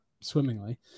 swimmingly